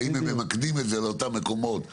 האם הן ממקדות את זה למקומות הבעייתיים,